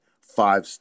Five